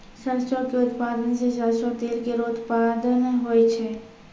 सरसों क उत्पादन सें सरसों तेल केरो उत्पादन होय छै